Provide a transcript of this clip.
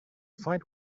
fight